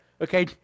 okay